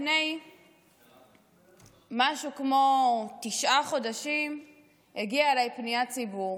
לפני משהו כמו תשעה חודשים הגיעה אליי פניית ציבור,